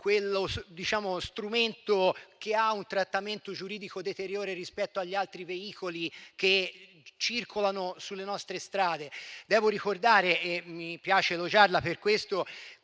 quello strumento che ha un trattamento giuridico deteriore rispetto agli altri veicoli che circolano sulle nostre strade. Devo ricordare - e mi piace elogiarla per questo